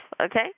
okay